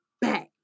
back